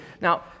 Now